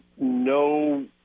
no –